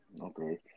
Okay